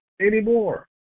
anymore